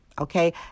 okay